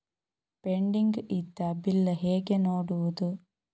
Pending ಇದ್ದ bill ಹೇಗೆ ನೋಡುವುದು?